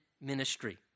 ministry